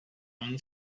own